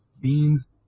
beans